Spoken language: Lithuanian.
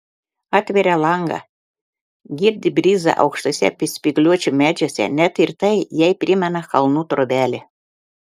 atveria langą girdi brizą aukštuose spygliuočių medžiuose net ir tai jai primena kalnų trobelę